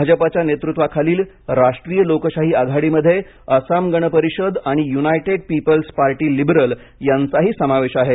भाजपाच्या नेतृत्वाखालील राष्ट्रीय लोकशाही आघाडीमध्ये आसम गण परिषद आणि यूनायटेड पीपल्स पार्टी लिबरल यांचाही समावेश आहे